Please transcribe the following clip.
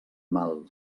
mal